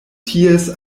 ties